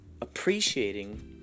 appreciating